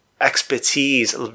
expertise